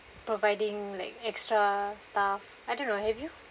providing like extra stuff I don't know have you